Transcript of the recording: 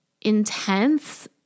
intense